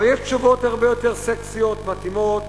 אבל יש תשובות הרבה יותר סקסיות, מתאימות,